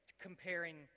comparing